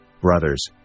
brothers